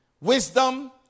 Wisdom